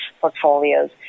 portfolios